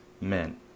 men